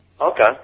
Okay